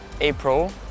April